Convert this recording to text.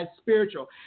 spiritual